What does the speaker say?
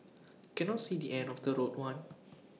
cannot see the end of the road one